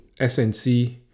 SNC